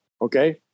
okay